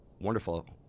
wonderful